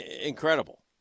incredible